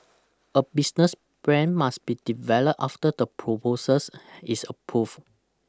a business plan must be developed after the proposals is approved